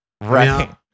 Right